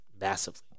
massively